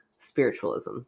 spiritualism